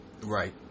right